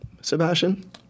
Sebastian